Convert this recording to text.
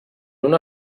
una